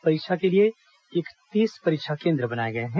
परीक्षा के लिए इकतीस परीक्षा केन्द्र बनाए गए हैं